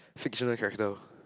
fictional character